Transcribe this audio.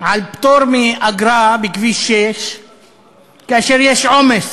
על פטור מאגרה בכביש 6 כאשר יש עומס